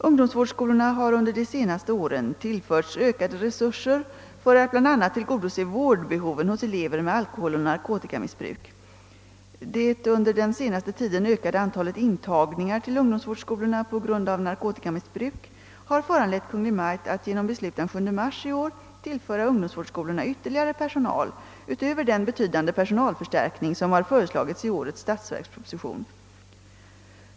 Ungdomsvårdsskolorna har under de senaste åren tillförts ökade resurser för att bl.a. tillgodose vårdbehoven hos elever med alkoholoch narkotikamissbruk. Det under den senaste tiden ökade antalet intagningar till ungdomsvårdsskolorna på grund av narkotikamissbruk har föranlett Kungl. Maj:t att genom beslut den 7 mars i år tillföra ungdomsvårdsskolorna ytterligare personal utöver den betydande personalförstärkning som har föreslagits i årets statsverksproposition.